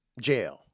jail